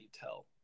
tell